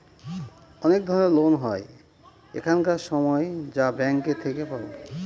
অনেক ধরনের লোন হয় এখানকার সময় যা ব্যাঙ্কে থেকে পাবো